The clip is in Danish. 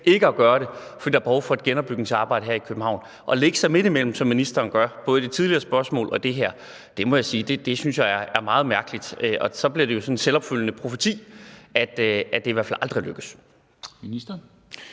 ikke at gøre det, fordi der er behov for et genopbygningsarbejde her i København? At lægge sig midt imellem, som er det, ministeren gør, og det gælder både det forrige og det her spørgsmål, må jeg sige jeg synes er meget mærkeligt. Så bliver det sådan en selvopfyldende profeti, at det i hvert fald aldrig lykkes. Kl.